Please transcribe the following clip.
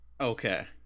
Okay